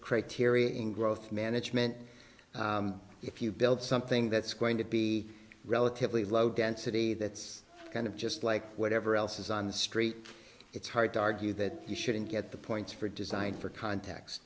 criteria in growth management if you build something that's going to be relatively low density that's kind of just like whatever else is on the street it's hard to argue that you shouldn't get the points for design for cont